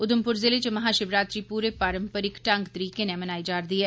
उधमपुर जिले च महाशिवरात्री पूरे पारम्परिक ढंग तरीके नै मनाई जारदी ऐ